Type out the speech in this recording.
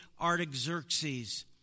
Artaxerxes